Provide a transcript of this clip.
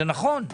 זה נכון.